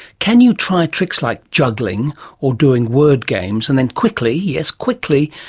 can you try ticks like juggling or doing word games and then quickly, yes quickly,